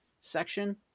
section